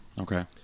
Okay